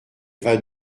vas